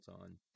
on